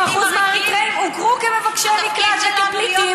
80% מהאריתריאים הוכרו כמבקשי מקלט וכפליטים.